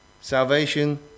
Salvation